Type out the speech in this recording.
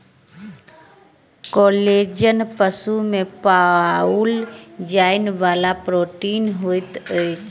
collagen पशु में पाओल जाइ वाला प्रोटीन होइत अछि